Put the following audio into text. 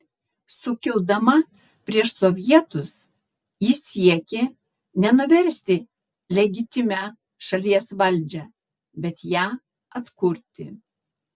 sukildama prieš sovietus ji siekė ne nuversti legitimią šalies valdžią bet ją atkurti